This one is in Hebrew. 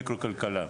מיקרו-כלכלה.